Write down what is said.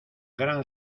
gran